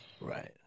right